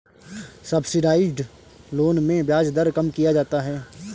subsidised loan में ब्याज दर कम किया जाता है